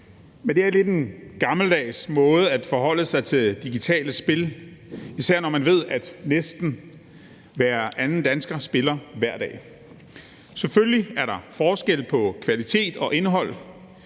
Men det er lidt en gammeldags måde at forholde sig til digitale spil på, især når man ved, at næsten hver anden dansker spiller hver dag. Selvfølgelig er der forskel på kvalitet og indhold,